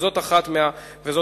וזאת אחת מהפעולות